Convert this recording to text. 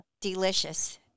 delicious